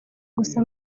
gusa